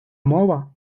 мова